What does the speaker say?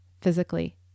physically